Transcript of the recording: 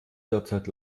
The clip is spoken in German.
derzeit